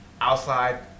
outside